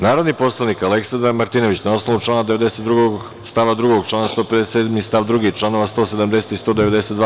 Narodni poslanik Aleksandar Martinović, na osnovu člana 92. stav 2, člana 157. stav 2. i članova 170. i 192.